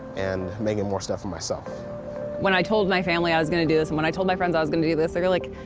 and making more stuff for myself. makayla when i told my family i was going to do this, and when i told my friends i was going to do this, they were like,